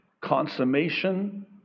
consummation